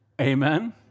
Amen